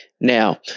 Now